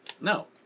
No